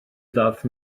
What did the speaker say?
ddaeth